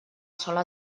sola